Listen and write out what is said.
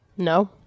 No